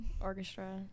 orchestra